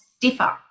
differ